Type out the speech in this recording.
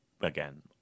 again